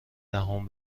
دهم